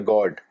God